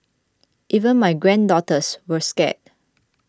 even my granddaughters were scared